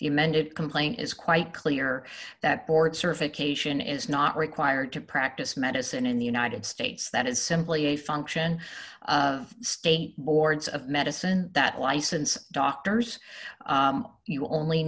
the amended complaint is quite clear that board certification is not required to practice medicine in the united states that is simply a function of state boards of medicine that license doctors you only